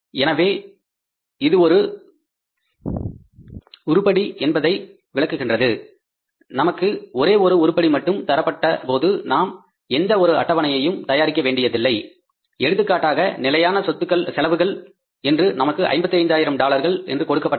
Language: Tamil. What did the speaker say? எனவே இது ஒரு உருப்படி என்பதை விளக்குகின்றது நமக்கு ஒரே ஒரு உருப்படி மட்டும் தரப்பட்ட போது நாம் எந்த ஒரு அட்டவணையையும் தயாரிக்க வேண்டியதில்லை எடுத்துக்காட்டாக நிலையான செலவுகள் என்று நமக்கு 55 ஆயிரம் டாலர்கள் என்று கொடுக்கப்பட்டுள்ளன